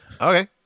Okay